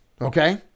Okay